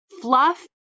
Fluff